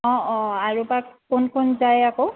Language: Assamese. অ অ আৰু বা কোন কোন যায় আকৌ